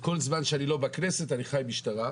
כל זמן שאני לא בכנסת אני חי משטרה.